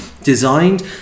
designed